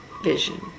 vision